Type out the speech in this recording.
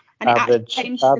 Average